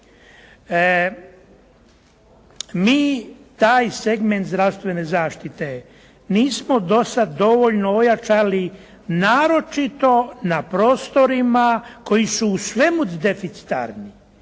Mi taj segment zdravstvene zaštite nismo do sad dovoljno ojačali naročito na prostorima koji su u svemu deficitarni.